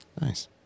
Nice